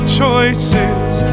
choices